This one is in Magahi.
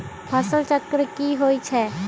फसल चक्र की होई छै?